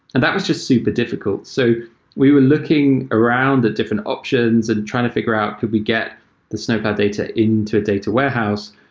and that was just super difficult. so we were looking around the different options and trying to figure out could we get the snowplow data into a data warehouse,